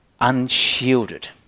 unshielded